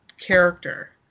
character